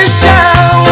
show